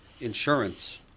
insurance